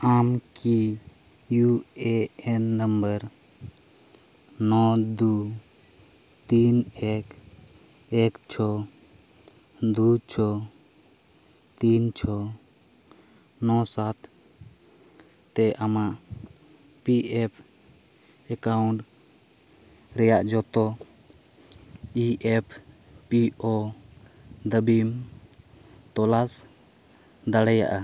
ᱟᱢ ᱠᱤ U A N number ᱱᱚ ᱫᱩ ᱛᱤᱱ ᱮᱠ ᱮᱠ ᱪᱷᱚ ᱫᱩᱭ ᱪᱷᱚ ᱛᱤᱱ ᱪᱷᱚ ᱱᱚ ᱥᱟᱛ ᱛᱮ ᱟᱢᱟᱜ ᱯᱤ ᱮᱯᱷ ᱮᱠᱟᱣᱩᱱᱴ ᱨᱮᱭᱟᱜ ᱡᱚᱛᱚ ᱤ ᱮᱯᱷ ᱯᱤ ᱳ ᱫᱟᱹᱵᱤᱢ ᱛᱚᱞᱟᱥ ᱫᱟᱲᱮᱭᱟᱜᱼᱟ